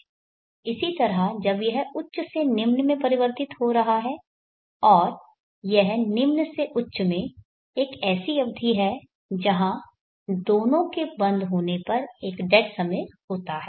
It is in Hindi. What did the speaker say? इसी तरह जब यह उच्च से निम्न में परिवर्तित हो रहा है और यह निम्न से उच्च में एक ऐसी अवधि है जहाँ दोनों के बंद होने पर एक डेड समय होता है